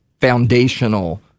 foundational